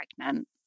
pregnant